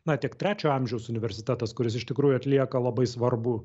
na tiek trečio amžiaus universitetas kuris iš tikrųjų atlieka labai svarbų